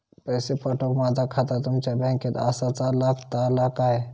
पैसे पाठुक माझा खाता तुमच्या बँकेत आसाचा लागताला काय?